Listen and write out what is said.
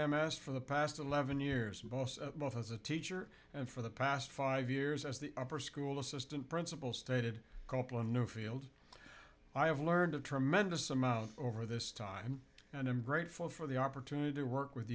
m s for the past eleven years most of both as a teacher and for the past five years as the upper school assistant principal stated copeland newfield i have learned a tremendous amount over this time and i'm grateful for the opportunity to work with